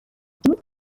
شنیدی